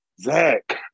Zach